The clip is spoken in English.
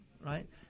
right